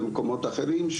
במקומות אחרים,